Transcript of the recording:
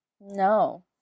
No